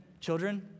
children